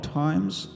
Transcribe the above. times